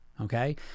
okay